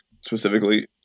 specifically